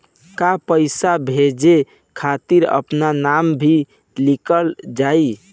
का पैसा भेजे खातिर अपने नाम भी लिकल जाइ?